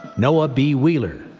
noah b. wheeler.